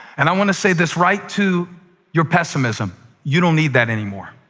and i want to say this right to your pessimism you don't need that anymore.